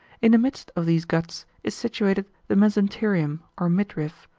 in the midst of these guts is situated the mesenterium or midriff,